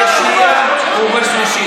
חבר כנסת יואב קיש,